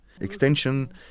extension